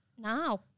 Now